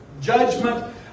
judgment